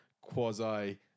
quasi